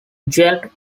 jailed